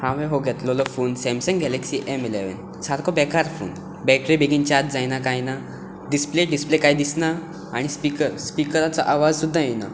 हांवें हो घेतलेलो phone Samsung Galaxy M eleven सारको बेकार फोन बॅटरी बेगीन चार्ज जायना कांय ना डिसप्ले कांय दिसना आनी स्पिकर स्पिकराचो आवाज सुद्दां येना